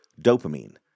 dopamine